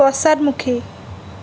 পশ্চাদমুখী